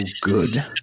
good